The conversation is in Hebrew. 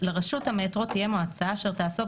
לרשות המטרו תהיה מועצה אשר תעסוק